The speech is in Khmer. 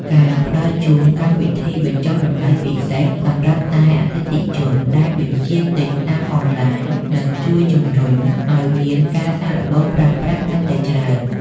ការផ្ដល់ជូនកម្មវិធីបញ្ចុះតម្លៃពិសេសសម្រាប់តែអតិថិជនដែលបញ្ជាទិញតាមអនឡាញ នឹងជួយជម្រុញឱ្យមានការសាកល្បងប្រើប្រាស់កាន់តែច្រើន។